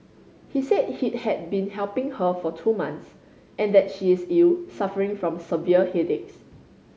he said he had been helping her for two months and that she is ill suffering from severe headaches